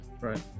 Right